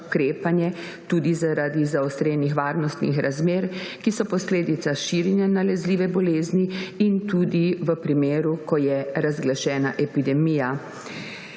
tudi zaradi zaostrenih varnostnih razmer, ki so posledica širjenja nalezljive bolezni, in tudi v primeru, ko je razglašena epidemija.